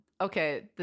okay